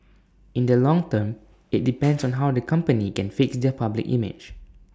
in the long term IT depends on how the company can fix their public image